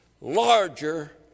larger